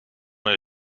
her